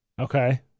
Okay